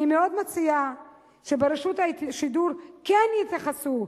אני מאוד מציעה שברשות השידור כן יתייחסו,